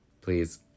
please